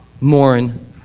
mourn